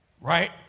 right